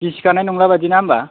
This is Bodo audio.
गिसि खानाय नंलाना बायदि ना होनबा